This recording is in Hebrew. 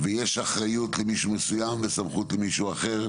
יש אחריות למישהו מסוים וסמכות למישהו אחר,